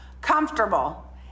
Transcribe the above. comfortable